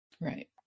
Right